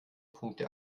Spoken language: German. punkte